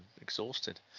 Exhausted